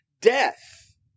death